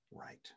right